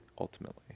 ultimately